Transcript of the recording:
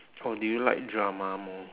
or do you like drama more